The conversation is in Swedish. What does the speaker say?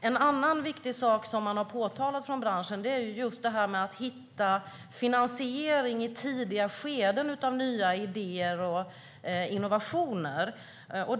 En annan viktig sak som branschen har påtalat är det här med att hitta finansiering av nya idéer och innovationer i tidiga skeden.